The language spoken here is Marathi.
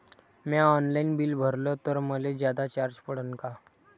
म्या ऑनलाईन बिल भरलं तर मले जादा चार्ज पडन का?